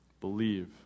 Believe